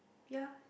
ya